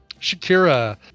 Shakira